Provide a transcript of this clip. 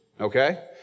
Okay